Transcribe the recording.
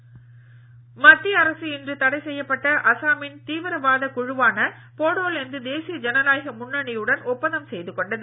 ஒப்பந்தம் மத்திய அரசு இன்று தடை செய்யப்பட்ட அசாமின் தீவிரவாதக் குழுவான போடோலேந்து தேசிய ஜனநாயக முன்னணியுடன் ஒப்பந்தம் செய்து கொண்டது